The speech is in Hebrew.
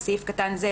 בסעיף קטן זה,